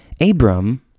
Abram